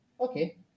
Okay